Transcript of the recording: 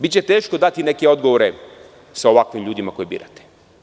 Biće teško dati neke odgovore sa ovakvim ljudima koje birate.